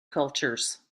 cultures